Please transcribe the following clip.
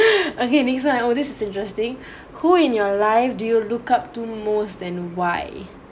okay next one oh this is interesting who in your life do you looked up to most and why